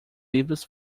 livros